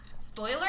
Spoiler